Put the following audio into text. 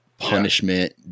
punishment